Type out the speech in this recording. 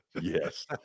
Yes